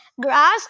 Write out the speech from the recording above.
grass